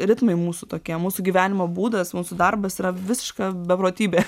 ritmai mūsų tokie mūsų gyvenimo būdas mūsų darbas yra visiška beprotybė